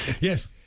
Yes